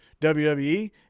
WWE